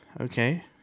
okay